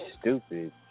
stupid